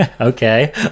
Okay